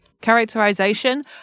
Characterization